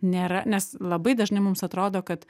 nėra nes labai dažnai mums atrodo kad